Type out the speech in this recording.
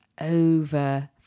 over